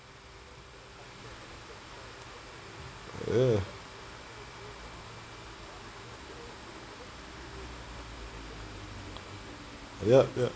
ya yup yup